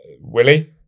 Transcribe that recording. Willie